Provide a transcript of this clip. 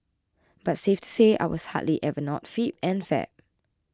but safe to say I was hardly ever not fit and fab